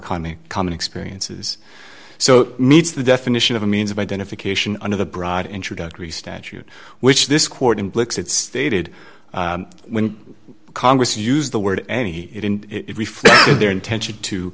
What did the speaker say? economy common experiences so meets the definition of a means of identification under the bride introductory statute which this court and looks at stated when congress used the word any it in it reflects their intention to